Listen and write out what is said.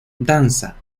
danza